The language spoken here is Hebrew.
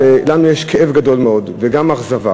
שלנו יש כאב גדול מאוד וגם אכזבה